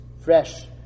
fresh